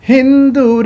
Hindu